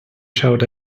showed